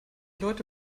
leute